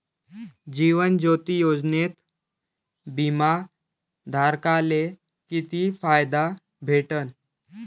जीवन ज्योती योजनेत बिमा धारकाले किती फायदा भेटन?